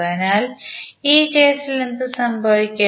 അതിനാൽ ഈ കേസിൽ എന്ത് സംഭവിക്കും